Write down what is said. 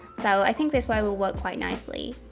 so i think this way will work quite nicely.